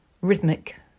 rhythmic